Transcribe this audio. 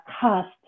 cost